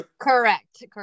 correct